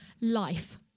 life